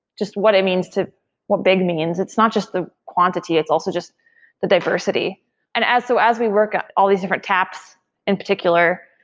just what it means to what big means. it's not just the quantity, it's also just the diversity and as so as we work out all these different taps in particular,